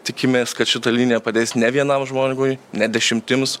tikimės kad šita linija padės ne vienam žmogui ne dešimtims